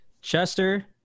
Chester